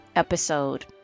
episode